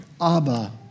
Abba